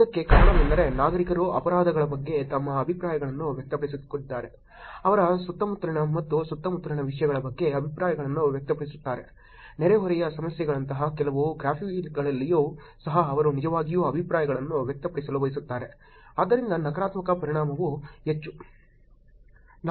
ಇದಕ್ಕೆ ಕಾರಣವೆಂದರೆ ನಾಗರಿಕರು ಅಪರಾಧಗಳ ಬಗ್ಗೆ ತಮ್ಮ ಅಭಿಪ್ರಾಯಗಳನ್ನು ವ್ಯಕ್ತಪಡಿಸುತ್ತಿದ್ದಾರೆ ಅವರ ಸುತ್ತಮುತ್ತಲಿನ ಮತ್ತು ಸುತ್ತಮುತ್ತಲಿನ ವಿಷಯಗಳ ಬಗ್ಗೆ ಅಭಿಪ್ರಾಯಗಳನ್ನು ವ್ಯಕ್ತಪಡಿಸುತ್ತಾರೆ ನೆರೆಹೊರೆಯ ಸಮಸ್ಯೆಗಳಂತಹ ಕೆಲವು ಗ್ರಾಫ್ಗಳಲ್ಲಿಯೂ ಸಹ ಅವರು ನಿಜವಾಗಿಯೂ ಅಭಿಪ್ರಾಯಗಳನ್ನು ವ್ಯಕ್ತಪಡಿಸಲು ಬಯಸುತ್ತಾರೆ ಆದ್ದರಿಂದ ನಕಾರಾತ್ಮಕ ಪರಿಣಾಮವು ಹೆಚ್ಚು